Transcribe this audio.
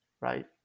Right